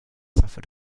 suffered